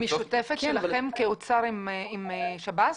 היא משותפת לכם האוצר ולשב"ס?